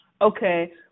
Okay